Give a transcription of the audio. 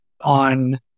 on